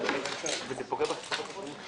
לנו אין בעיה.